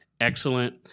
excellent